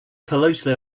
closely